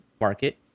market